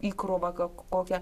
įkrovą ką kokią